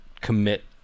commit